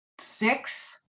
six